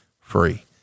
free